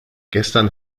gestern